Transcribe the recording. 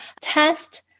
test